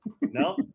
No